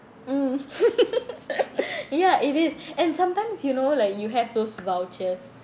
mm ya it is and sometimes you know like you have those vouchers